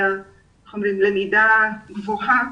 אין צורך בלמידה גבוהה